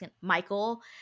Michael